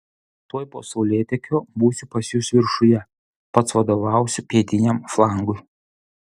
tuoj po saulėtekio būsiu pas jus viršuje pats vadovausiu pietiniam flangui